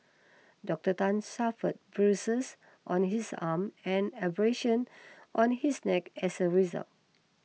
Doctor Tan suffered bruises on his arm and abrasions on his neck as a result